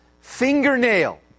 fingernail